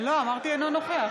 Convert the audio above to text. אמרתי "אינו נוכח".